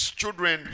children